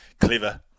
Clever